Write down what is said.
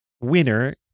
winner